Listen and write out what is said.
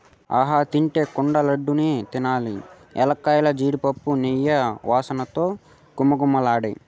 ఆహా తింటే కొండ లడ్డూ నే తినాలి ఎలక్కాయ, జీడిపప్పు, నెయ్యి వాసనతో ఘుమఘుమలాడే